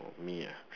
for me ah